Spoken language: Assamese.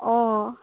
অঁ